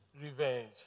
revenge